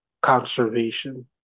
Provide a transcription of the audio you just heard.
conservation